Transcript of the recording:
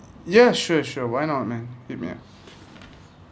ya sure sure why not man man